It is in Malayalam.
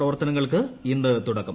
പ്രവർത്തനങ്ങൾക്ക് ഇന്ന് തുടക്കം